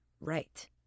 right